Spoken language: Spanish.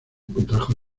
contrajo